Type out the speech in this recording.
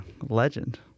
Legend